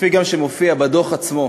וכפי שגם מופיע בדוח עצמו,